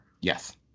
Yes